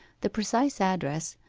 the precise address,